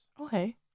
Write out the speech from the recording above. okay